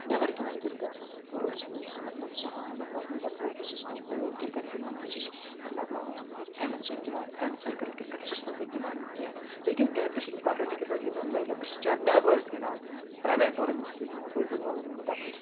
نٮ۪بَر گِنٛدان کِرکَٹ بہٕ روٗدُس نہٕ مَطلَب زٕہٕنۍ مَطلب دپہو بہٕ چھُس ہوم کِرکَٹ گِنٛدان بہٕ چھُس مَطلب فرٛینٛڈَن سۭتۍ گِنٛدان فرینٛڈ سٔرکٕل کِرکَٹ چھُس نہٕ گِندان ییٚتہِ کینٛہہ لیکِن گرِ تہِ چھِ اِمپاٹنٹ کِرَکٹ گنٛدُن لیکن بہٕ چھُس زیادٕ نٮ۪بر حظ گِنٛدان پرایویٹ ٹورنمیٚٹ چھُس بہٕ گِنٛدان بٔڑۍ ٹورنَمیٚٹ